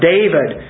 David